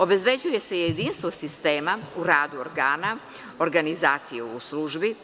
Obezbeđuje se jedinstvo sistema u radu organa, organizacije u službi.